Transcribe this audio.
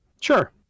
Sure